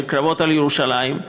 של הקרבות על ירושלים,